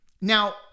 Now